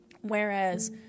Whereas